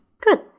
Good